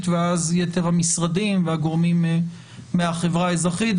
ואז יתר המשרדים והגורמים מהחברה האזרחית,